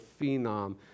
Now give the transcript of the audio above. phenom